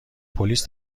پلیس